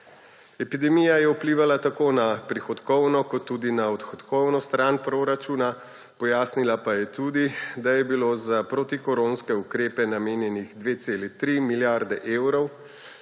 Epidemija je vplivala tako na prihodkovno kot tudi na odhodkovno stran proračuna. Pojasnila pa je tudi, da je bilo za protikoronske ukrepe namenjenih 2,3 milijarde evrov,